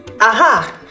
aha